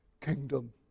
kingdom